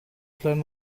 klein